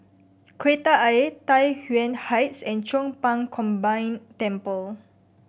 Kreta Ayer Tai Yuan Heights and Chong Pang Combined Temple